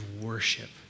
worship